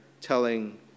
telling